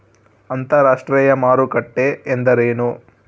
ಅಂತರಾಷ್ಟ್ರೇಯ ಮಾರುಕಟ್ಟೆ ಎಂದರೇನು?